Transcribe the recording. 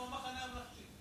לוועדת הבריאות נתקבלה.